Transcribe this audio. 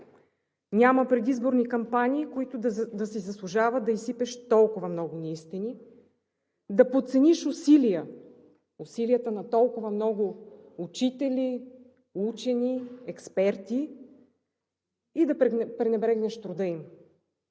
Няма предизборни кампании, които да си заслужават да изсипеш толкова много неистини, да подцениш усилия, усилията на толкова много учители, учени, експерти и да пренебрегнеш труда им.